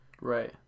Right